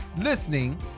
listening